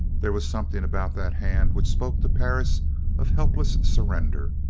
there was something about that hand which spoke to perris of helpless surrender,